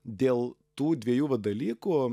dėl tų dviejų va dalykų